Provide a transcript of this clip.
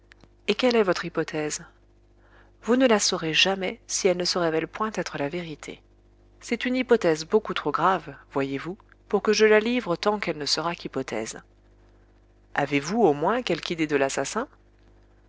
et quelle est votre hypothèse vous ne la saurez jamais si elle ne se révèle point être la vérité c'est une hypothèse beaucoup trop grave voyezvous pour que je la livre tant qu'elle ne sera qu'hypothèse avez-vous au moins quelque idée de l'assassin